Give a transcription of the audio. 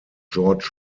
george